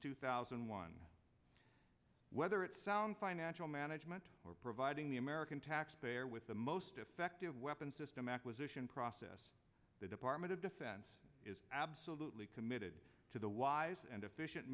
two thousand and one whether it's sound financial management or providing the american taxpayer with the most effective weapon system acquisition process the department of defense is absolutely committed to the wise and efficient